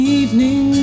evening